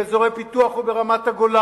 באזורי פיתוח וברמת-הגולן,